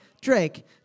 Drake